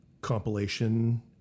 compilation